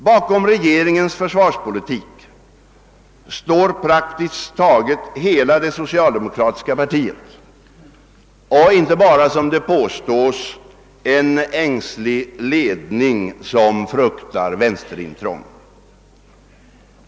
Bakom regeringens försvarspolitik står praktiskt taget hela det socialdemokratiska partiet och inte bara, som det påstås, en ängslig ledning som fruktar vänsterintrång.